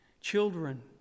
Children